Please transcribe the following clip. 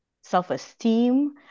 self-esteem